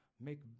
make